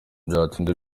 byatinze